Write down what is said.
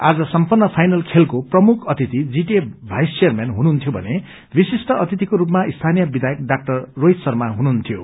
आज सम्पन्न फाइनल खेलको प्रमुख अतिथि जीटिए भईस चेयरम्यान हुननुहन्थ्यो भने विशिष्ट अतिथिको रूपामा स्थानीय विध्यायक डज्ञ रोहित शर्मा हुनुहन्थ्यो